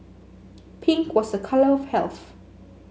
pink was a colour of health